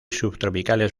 subtropicales